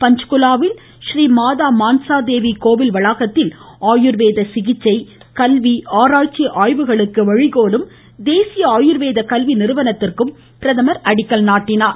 பன்ச்குலாவில் றீ மாதா மான்ஸாதேவி கோவில் வளாகத்தில் ஆயுர்வேத சிகிச்சை கல்வி ஆராய்ச்சி ஆய்வுகளுக்கு வழிகோலும் தேசிய ஆயுர்வேத கல்வி நிறுவனத்திற்கும் பிரதமர் அடிக்கல் நாட்டினார்